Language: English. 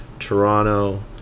toronto